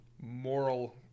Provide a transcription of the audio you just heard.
moral